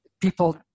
people